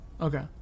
Okay